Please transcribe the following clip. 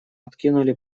откинули